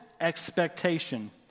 expectation